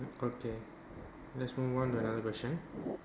okay let's move on to another question